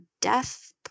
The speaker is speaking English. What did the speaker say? death